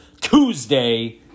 Tuesday